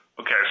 Okay